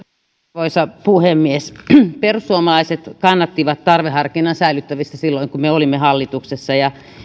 arvoisa puhemies perussuomalaiset kannattivat tarveharkinnan säilyttämistä silloin kun me olimme hallituksessa ja